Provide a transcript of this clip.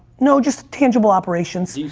no, just tangible operations.